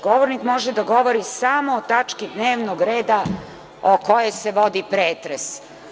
Govornik može da govori samo o tački dnevnog reda o kojoj se vodi pretres.